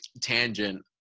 tangent